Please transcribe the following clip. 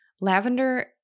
lavender